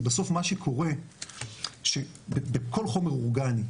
כי בסוף מה שקורה שבכל חומר אורגני,